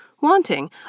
wanting